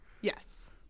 Yes